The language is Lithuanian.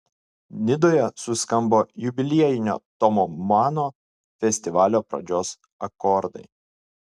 nidoje suskambo jubiliejinio tomo mano festivalio pradžios akordai